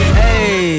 hey